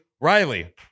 Riley